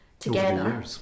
together